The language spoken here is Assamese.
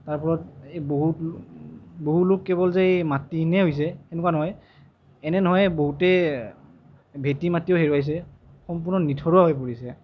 তাৰফলত এই বহু বহু লোক কেৱল যে এই মাটিহীনহে হৈছে এনেকুৱা নহয় এনে নহয় বহুতে ভেটি মাটিও হেৰুৱাইছে সম্পূৰ্ণ নিথৰুৱা হৈ পৰিছে